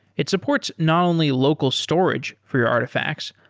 it supports not only local storage for your artifacts,